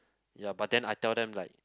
ya but then I tell them like